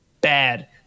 bad